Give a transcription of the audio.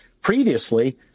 previously